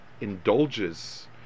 indulges